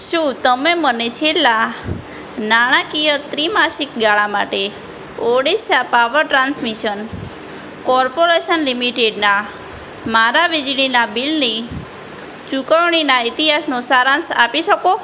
શું તમે મને છેલ્લા નાણાકીય ત્રિમાસિક ગાળા માટે ઓડિશા પાવર ટ્રાન્સમિશન કોર્પોરેશન લિમિટેડના મારા વીજળીનાં બિલની ચૂકવણીના ઇતિહાસનો સારાંશ આપી શકો